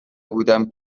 بودم